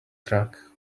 truck